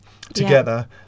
together